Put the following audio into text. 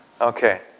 Okay